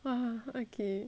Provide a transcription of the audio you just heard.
!wah! okay